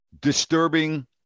disturbing